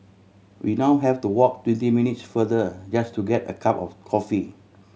we now have to walk twenty minutes farther just to get a cup of coffee